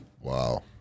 Wow